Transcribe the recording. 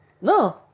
No